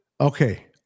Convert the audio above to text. okay